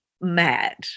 mad